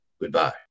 Goodbye